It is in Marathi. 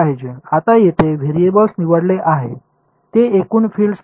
आता येथे व्हेरिएबल्स निवडले आहेत ते एकूण फील्ड म्हणजे काय